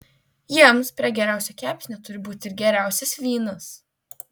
jiems prie geriausio kepsnio turi būti ir geriausias vynas